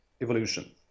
evolution